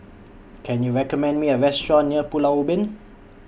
Can YOU recommend Me A Restaurant near Pulau Ubin